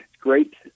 great